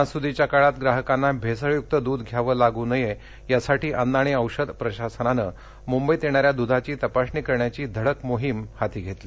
सणासुदीच्या काळात ग्राहकांना भेसळयुक्त दुध घ्यावे लाग नये यासाठी अन्न आणि औषध प्रशासनानं मुंबईत येणाऱ्या दुधाची तपासणी करण्याची धडक मोहीम हाती घेतली